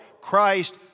Christ